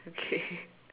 okay